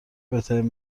بهترین